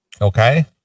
Okay